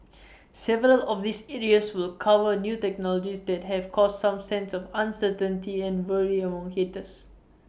several of these areas will cover new technologies that have caused some sense of uncertainty and worry among hitters